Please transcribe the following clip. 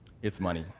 it's money.